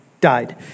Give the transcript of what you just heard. died